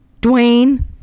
Dwayne